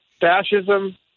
Fascism